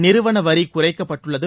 நிறுவன வரி குறைக்கப்பட்டுள்ளது